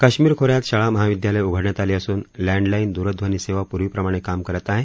कश्मीर खो यात शाळा महाविद्यालयं उघडण्यात आली असून लँडलाईन दूरध्वनी सेवा पूर्वीप्रमाणे काम करत आहे